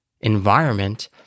environment